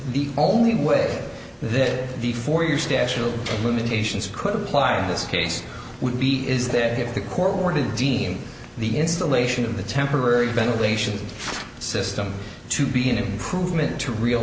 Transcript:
the only way that the four your statue of limitations could apply in this case would be is that if the court were to deem the installation of the temporary ventilation system to be an improvement to real